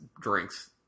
drinks